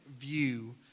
view